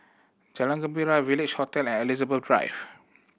Jalan Gembira Village Hotel and Elizabeth Drive